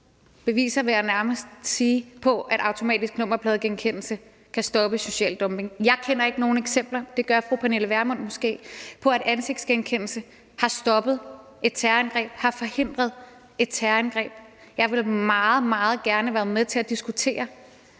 beviser, vil jeg nærmest sige, på, at automatisk nummerpladegenkendelse kan stoppe social dumping. Jeg kender ikke nogen eksempler, men det gør fru Pernille Vermund måske, på, at ansigtsgenkendelse har stoppet et terrorangreb, har forhindret et terrorangreb. Jeg vil meget, meget gerne være med til at diskutere,